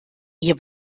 ihr